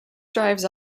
drives